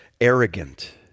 arrogant